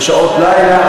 בשעות לילה,